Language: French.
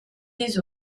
des